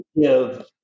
give